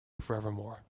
forevermore